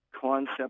concept